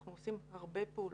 אנחנו עושים הרבה פעולות.